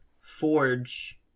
forge